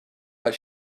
but